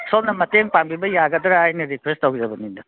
ꯁꯣꯝꯅ ꯃꯇꯦꯡ ꯄꯥꯡꯕꯤꯕ ꯌꯥꯒꯗ꯭ꯔꯥ ꯍꯥꯏꯅ ꯔꯤꯀ꯭ꯋꯦꯁ ꯇꯧꯖꯕꯅꯤꯗ